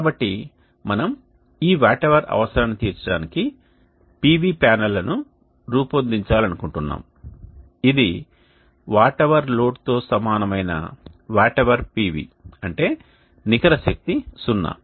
కాబట్టి మనము ఈ వాట్ అవర్ అవసరాన్ని తీర్చడానికి PV ప్యానెల్లను రూపొందించాలనుకుంటున్నాము ఇది వాట్ అవర్ లోడ్తో సమానమైన వాట్ అవర్ PV అంటే నికర శక్తి సున్నా